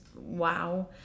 wow